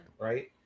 Right